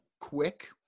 quick